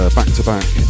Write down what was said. back-to-back